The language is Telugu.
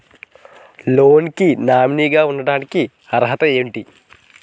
లోన్ కి నామినీ గా ఉండటానికి అర్హత ఏమిటి?